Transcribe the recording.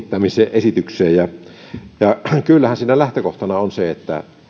esitykseen ja kyllähän siinä lähtökohtana on se että